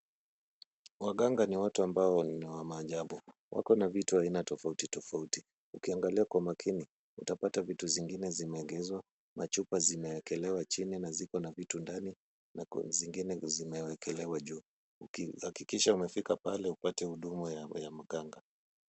Waganga ni watu ambao ni wa maajabu. Wako na vitu aina tofauti tofauti. Ukiangalia kwa makini, utapata vitu zingine zimeegeshwa, machupa zimewekelewa chini na ziko na vitu ndani na zingine zimewekelewa juu. Hakikisha umefika pale upate huduma ya mganga.